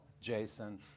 Jason